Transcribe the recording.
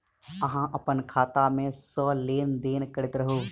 अहाँ अप्पन खाता मे सँ लेन देन करैत रहू?